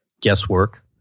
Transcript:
guesswork